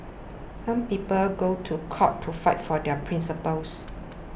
some people go to court to fight for their principles